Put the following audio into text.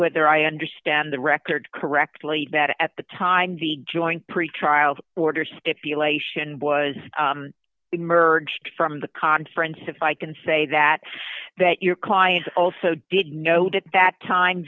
whether i understand the record correctly bad at the time the joint pretrial order stipulation was emerged from the conference if i can say that that your client also did note at that time